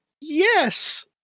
Yes